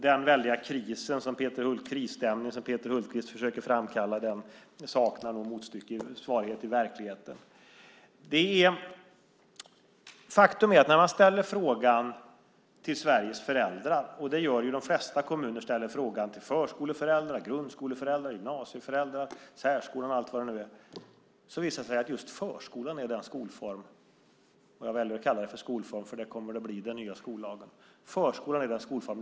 Den väldiga krisstämning som Peter Hultqvist försöker framkalla saknar nog motsvarighet i verkligheten. När man ställer frågan till Sveriges föräldrar - de flesta kommuner frågar förskoleföräldrar, grundskoleföräldrar, gymnasieföräldrar, särskoleföräldrar och allt vad det nu är - visar det sig att just förskolan är den skolform som föräldrarna är allra mest nöjda med. Jag väljer att kalla det för skolform.